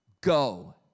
Go